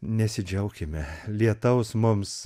nesidžiaukime lietaus mums